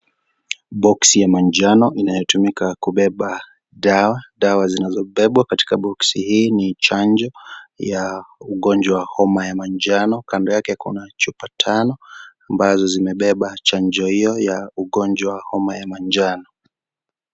(CS)Box(CS )ya manjano inayotumika kubeba dawa, dawa zinazobebwa katika (CS)boxi(CS )hii ni chanjo ya ugonjwa wa homa ya manjano Kando yake kuna chupa tano ambazo zimebeba chanjo hiyo ya ugonjwa ya homa ya manjano.